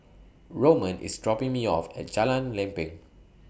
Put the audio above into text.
Roman IS dropping Me off At Jalan Lempeng